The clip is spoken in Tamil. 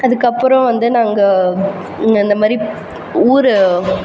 அதுக்கப்புறம் வந்து நாங்கள் அந்த மாதிரி ஊர்